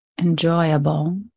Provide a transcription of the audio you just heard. enjoyable